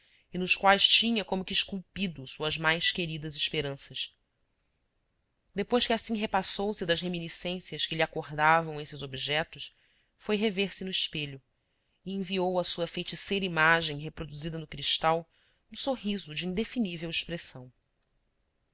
e nos quais tinha como que esculpido suas mais queridas esperanças depois que assim repassou se das reminiscências que lhe acordavam esses objetos foi rever se no espelho e enviou à sua feiticeira imagem reproduzida no cristal um sorriso de inde finí vel expressão